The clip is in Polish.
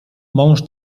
mąż